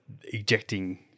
ejecting